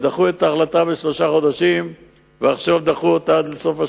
דחו את ההחלטה בשלושה חודשים ועכשיו דחו אותה עד לסוף השנה.